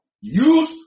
Use